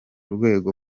rwego